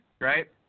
right